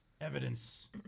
evidence